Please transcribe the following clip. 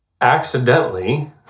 accidentally